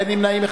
אין נמנעים,